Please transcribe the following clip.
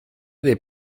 dei